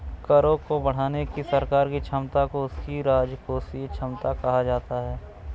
करों को बढ़ाने की सरकार की क्षमता को उसकी राजकोषीय क्षमता कहा जाता है